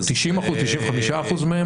90%, 95% מהם?